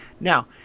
Now